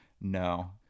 No